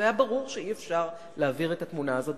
זה היה ברור שאי-אפשר להעביר את התמונה הזאת,